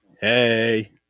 hey